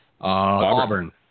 Auburn